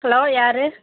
hello யார்